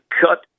cut